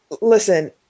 Listen